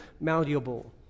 malleable